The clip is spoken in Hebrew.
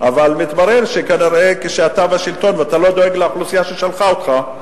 אבל מתברר שכנראה כשאתה בשלטון ואתה לא דואג לאוכלוסייה ששלחה אותך,